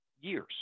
years